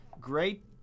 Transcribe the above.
great